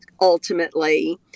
ultimately